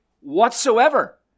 whatsoever